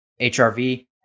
HRV